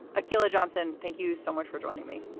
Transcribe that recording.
akilah johnson, thank you so much for joining me.